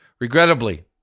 Regrettably